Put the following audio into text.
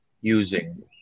using